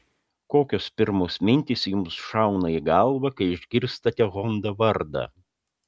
kokios pirmos mintys jums šauna į galvą kai išgirstate honda vardą